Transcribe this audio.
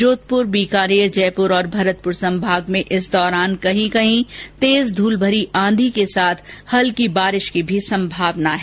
जोधपुर बीकानेर जयपुर और भरतपुर संभाग में इस दौरान कहीं कहीं तेज धूलभरी आंधी के साथ हल्की बारिश की भी संभावना है